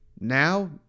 now